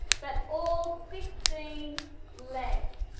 but all sixteen legs